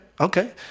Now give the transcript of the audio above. okay